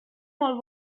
molt